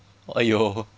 !aiyo!